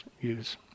use